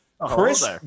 Chris